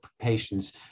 patients